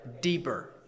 deeper